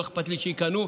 לא אכפת לי שיקנאו,